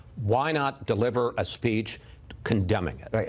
why not deliver a speech condemning it?